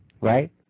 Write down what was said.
right